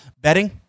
betting